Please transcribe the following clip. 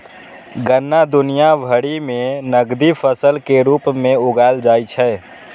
गन्ना दुनिया भरि मे नकदी फसल के रूप मे उगाएल जाइ छै